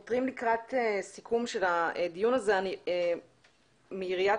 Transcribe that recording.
רוצה להסכים ולהצטרף לדברים שנאמרו קודם על ידי